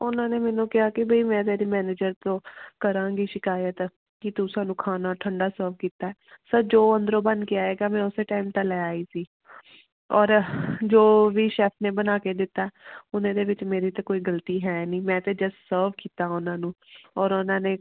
ਉਹਨਾਂ ਨੇ ਮੈਨੂੰ ਕਿਹਾ ਕਿ ਬਈ ਮੈਂ ਤੇਰੀ ਮੈਨੇਜਰ ਤੋਂ ਕਰਾਂਗੀ ਸ਼ਿਕਾਇਤ ਕਿ ਤੂੰ ਸਾਨੂੰ ਖਾਣਾ ਠੰਡਾ ਸਰਵ ਕੀਤਾ ਸਰ ਜੋ ਅੰਦਰੋਂ ਬਣ ਕੇ ਆਏਗਾ ਮੈਂ ਉਸੇ ਟਾਈਮ ਤਾਂ ਲੈ ਆਈ ਸੀ ਔਰ ਜੋ ਵੀ ਸ਼ੈਫ ਨੇ ਬਣਾ ਕੇ ਦਿੱਤਾ ਉਹਨਾਂ ਦੇ ਵਿੱਚ ਮੇਰੀ ਤਾਂ ਕੋਈ ਗਲਤੀ ਹੈ ਨਹੀਂ ਮੈਂ ਤਾਂ ਜਸਟ ਸਰਵ ਕੀਤਾ ਉਹਨਾਂ ਨੂੰ ਔਰ ਉਹਨਾਂ ਨੇ